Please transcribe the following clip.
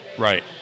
Right